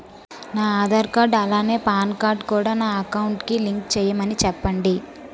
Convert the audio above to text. నా ఆధార్ కార్డ్ అలాగే PAN card కూడా నా అకౌంట్ కి లింక్ చేయమని చెప్పండి